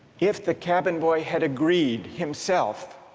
if the cabin boy had agreed himself